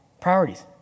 priorities